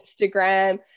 Instagram